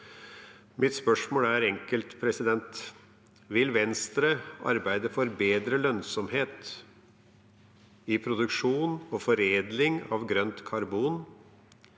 Mitt spørsmål er enkelt: Vil Venstre arbeide for bedre lønnsomhet i produksjon og foredling av grønt karbon,